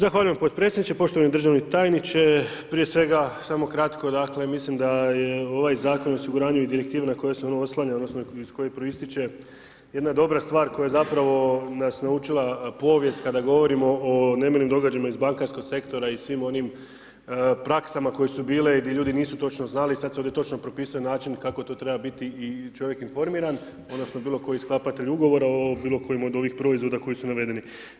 Zahvaljujem podpredsjedniče, poštovani državni tajniče, prije svega samo kratko dakle mislim da je ovaj zakon o osiguranju i direktivi na koju se ono oslanja odnosno iz koje proističe jedna dobra stvar koja zapravo nas naučila povijest kada govorimo o nemilim događajima iz bankarskog sektora i svim onim praksama koje su bile i di ljudi nisu točno znali sad se ovdje točno propisuje način kako to treba biti i čovjek informiran odnosno bilo koji sklapatelj ugovora o bilo kojem od ovih proizvoda koji su navedeni.